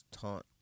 taunt